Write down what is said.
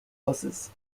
buses